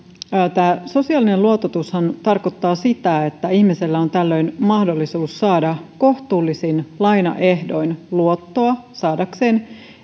tämä sosiaalinen luototushan tarkoittaa sitä että ihmisellä on tällöin mahdollisuus saada kohtuullisin lainaehdoin luottoa saadakseen